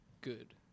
good